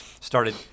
started